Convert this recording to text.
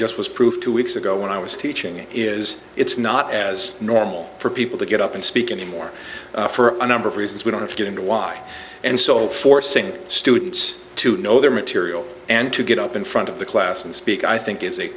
just was proved two weeks ago when i was teaching it is it's not as normal for people to get up and speak anymore for a number of reasons we want to get into why and so forcing students to know their material and to get up in front of the class and speak i think is a